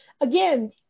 again